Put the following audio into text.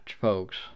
folks